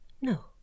No